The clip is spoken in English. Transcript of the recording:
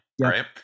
right